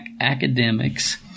academics